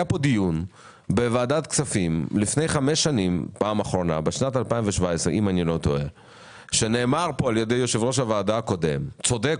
היה פה דיון בוועדת כספים בשנת 2017. נאמר על-ידי יושב-ראש הוועדה הקודם שאלה